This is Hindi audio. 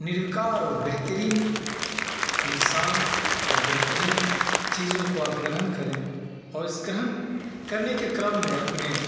निरंकार और बेहतरीन इंसान और बेहतरीन चीज़ों को आप ग्रहण करें और इस करने के क्रम में अपने